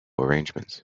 arrangements